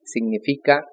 Significa